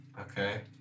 Okay